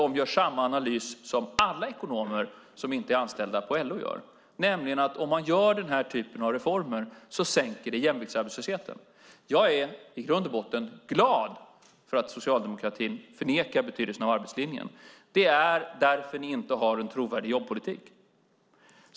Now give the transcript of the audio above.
De gör samma analys som alla ekonomer som inte är anställda på LO gör, nämligen att om man gör denna typ av reformer sänker det jämviktsarbetslösheten. Jag är i grund och botten glad för att socialdemokratin förnekar betydelsen av arbetslinjen. Det är därför som ni inte har en trovärdig jobbpolitik.